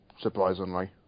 surprisingly